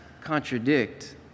contradict